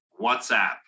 WhatsApp